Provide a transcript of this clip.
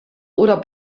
oder